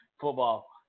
football